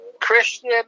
Christian